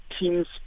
teams